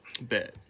Bet